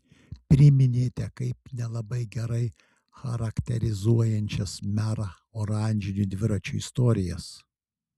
priminėte kaip nelabai gerai charakterizuojančias merą oranžinių dviračių istorijas